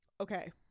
Okay